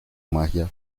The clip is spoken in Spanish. magia